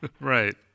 Right